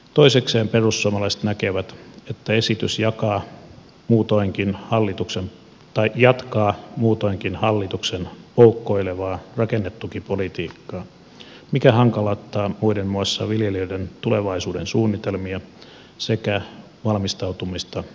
toisekseen perussuomalaiset näkevät että esitys jatkaa muutoinkin hallituksen poukkoilevaa rakennetukipolitiikkaa mikä hankaloittaa muiden muassa viljelijöiden tulevaisuudensuunnitelmia sekä valmistautumista tulevaisuuteen